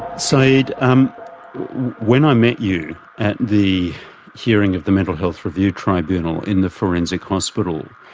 saeed, um when i met you at the hearing of the mental health review tribunal in the forensic hospital,